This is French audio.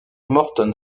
morton